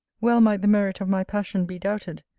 well might the merit of my passion be doubted,